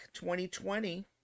2020